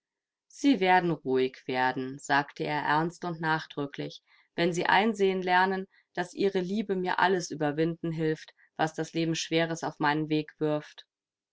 sie werden ruhig werden sagte er ernst und nachdrücklich wenn sie einsehen lernen daß ihre liebe mir alles überwinden hilft was das leben schweres auf meinen weg wirft